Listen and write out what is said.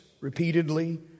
repeatedly